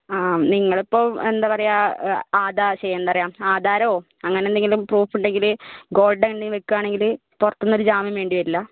ആ നിങ്ങളിപ്പോൾ എന്താ പറയുക ആധാരം ശ്ശേ എന്താ പറയുക ആധാരമോ അങ്ങനെയെന്തെങ്കിലും പ്രൂഫ് ഉണ്ടെങ്കിൽ ഗോൾഡ് എന്തെങ്കിലും വെക്കുകയാണെങ്കിൽ പുറത്തുനിന്നൊരു ജാമ്യം വേണ്ടി വരില്ല